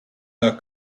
her